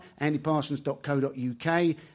andyparsons.co.uk